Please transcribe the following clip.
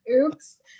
Oops